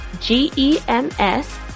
G-E-M-S